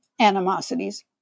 animosities